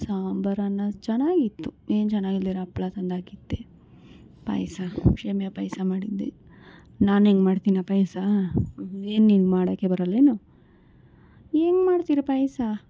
ಸಾಂಬರು ಅನ್ನ ಚೆನ್ನಾಗಿತ್ತು ಹಪ್ಳ ತಂದಾಕಿದ್ದೆ ಪಾಯಸ ಶೇವಿಯ ಪಾಯಸ ಮಾಡಿದ್ದೆ ನಾನು ಹೆಂಗೆ ಮಾಡ್ತೀನಾ ಪಾಯಸ ಏನು ನಿನಗೆ ಮಾಡೋಕ್ಕೇ ಬರಲ್ಲೇನು ಹೆಂಗ ಮಾಡ್ತೀರಾ ಪಾಯಸ